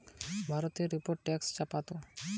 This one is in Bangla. একশ বছর আগে অব্দি ব্রিটিশরা ভারতীয়দের উপর ট্যাক্স চাপতো